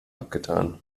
abgetan